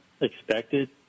expected